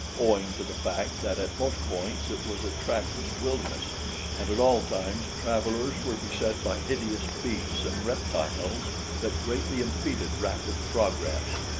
owing to the fact that at most points it was a trackless wilderness and at all times travelers were beset by hideous beasts and reptiles that greatly impeded rapid progress.